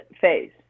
phase